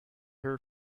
her